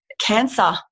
cancer